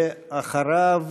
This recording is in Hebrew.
ואחריו,